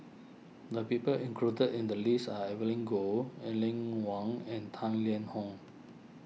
the people included in the list are Evelyn Goh Aline Wong and Tang Liang Hong